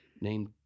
named